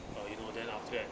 uh you know then after that